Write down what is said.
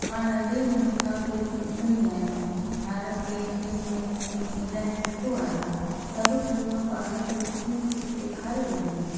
मां नंढे हूंदे खां फिल्म ॾिसंदी आहियां भारत में फिल्म ऐं संगीत इलाही सुठो आहे सभु फिल्म पाण खे कुझु न कुझु सेखारे वेंदा आहिनि